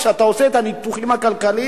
כשאתה עושה את הניתוחים הכלכליים,